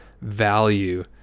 value